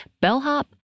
bellhop